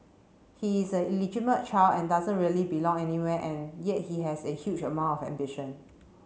he is a child and doesn't really belong anywhere and yet he has a huge amount of ambition